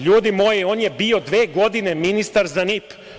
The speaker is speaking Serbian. Ljudi moji, on je dve godine bio ministar za NIP.